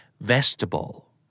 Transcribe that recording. Vegetable